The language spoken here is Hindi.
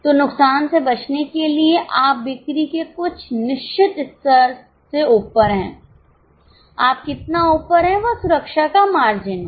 तो नुकसान से बचने के लिए आप बिक्री के कुछ निश्चित स्तर से ऊपर हैं आप कितना ऊपर हैं वह सुरक्षा का मार्जिन है